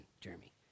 Jeremy